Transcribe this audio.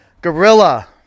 Gorilla